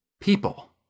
people